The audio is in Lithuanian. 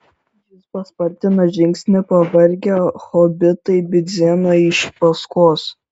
jis paspartino žingsnį pavargę hobitai bidzeno iš paskos